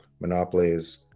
Monopolies